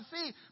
see